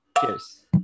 Cheers